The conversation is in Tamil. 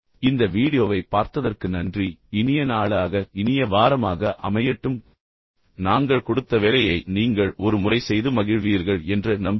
இந்த வீடியோவைப் பார்த்ததற்கு நன்றி இனிய நாளாக இனிய வாரமாக அமையட்டும் நாங்கள் கொடுத்த வேலையை நீங்கள் ஒரு முறை செய்து மகிழ்வீர்கள் என்று நம்புகிறேன்